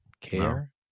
care